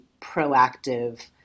proactive